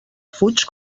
fuig